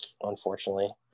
unfortunately